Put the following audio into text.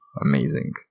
amazing